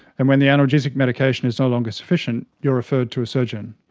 and when the analgesic medication is no longer sufficient you are referred to a surgeon.